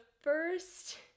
first